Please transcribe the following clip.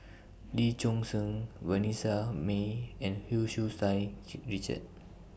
Lee Choon Seng Vanessa Mae and Hu Tsu Tau She Richard